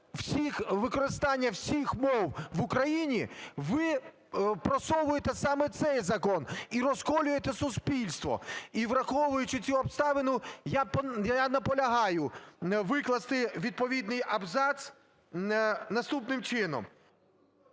використання всіх мов в Україні, ви просовуєте саме цей закон і розколюєте суспільство. І, враховуючи цю обставину, я наполягаю викласти відповідний абзац наступним чином…